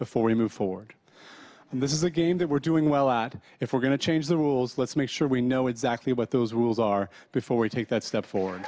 before we move forward and this is the game that we're doing well at if we're going to change the rules let's make sure we know exactly what those rules are before we take that step forward